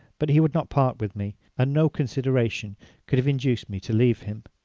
but he would not part with me and no consideration could have induced me to leave him.